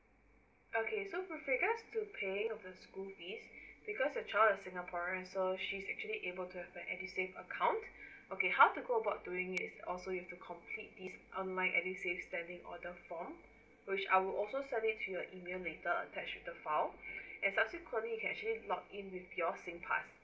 okay so with regards to pay of the school fee because your child is singaporean so she's actually able to have an edusave account okay how to go about doing it oh so you have to complete this um my edusave standing order form which I will also send it to your email later attach the file and subsequently you can actually log in with your singpass